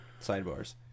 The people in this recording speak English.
Sidebars